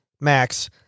max